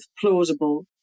plausible